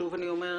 שוב אני אומרת,